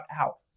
out